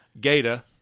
Gata